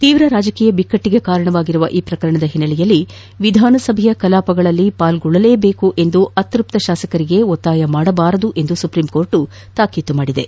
ತೀವ್ರ ರಾಜಕೀಯ ಬಿಕ್ಟಿಗೆ ಕಾರಣವಾಗಿರುವ ಈ ಪ್ರಕರಣದ ಹಿನ್ನೆಲೆಯಲ್ಲಿ ವಿಧಾನಸಭೆಯ ಕಲಾಪಗಳಲ್ಲಿ ಭಾಗವಹಿಸಲೇಬೇಕೆಂದು ಅತ್ಯಪ್ತ ಶಾಸಕರಿಗೆ ಒತ್ತಾಯ ಮಾಡಬಾರದು ಎಂದು ಸರ್ವೋಚ್ದ ನ್ಯಾಯಾಲಯ ತಾಕೀತು ಮಾಡಿದೆ